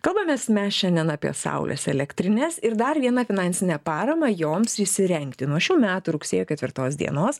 kalbamės mes šiandien apie saulės elektrines ir dar vieną finansinę paramą joms įsirengti nuo šių metų rugsėjo ketvirtos dienos